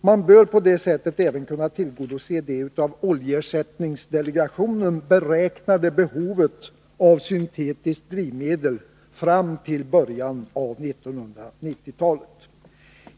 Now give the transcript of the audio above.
Man bör på detta sätt även kunna tillgodose det av oljeersättningsdelegationen beräknade behovet av syntetiskt drivmedel fram till början av 1990-talet.